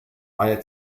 eine